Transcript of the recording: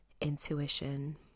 intuition